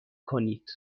کنید